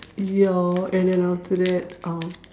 ya and then after that uh